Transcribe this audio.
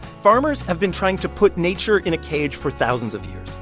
farmers have been trying to put nature in a cage for thousands of years.